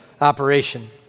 operation